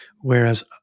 Whereas